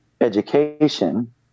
education